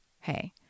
Hey